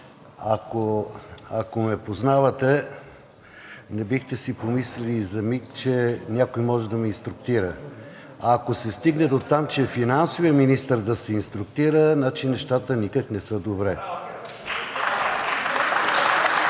ако ме познавате, не бихте си помислили и за миг, че някой може да ме инструктира. Ако се стигне дотам, че финансовият министър да се инструктира, значи нещата никак не са добре.